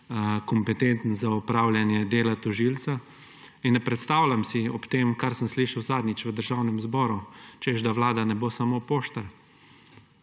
kompetenten za opravljanje dela tožilca. Ne predstavljam si, ob tem kar sem slišal zadnjič v Državnem zboru, češ da Vlada ne bo samo poštar,